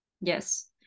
yes